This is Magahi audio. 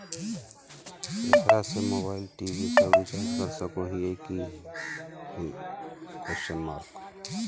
एकरा से मोबाइल टी.वी सब रिचार्ज कर सको हियै की?